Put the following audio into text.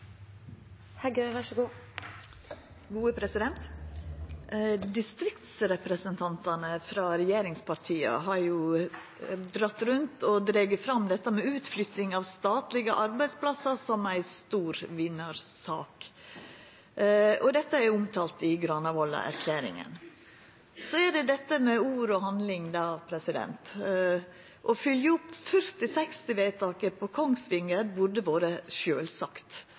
fram dette med utflytting av statlege arbeidsplassar som ei stor vinnarsak. Dette er jo òg omtalt i Granavolden-erklæringa. Så er det dette med ord og handling. Å fylgja opp 40/60-vedtaket på Kongsvinger burde ha vore sjølvsagt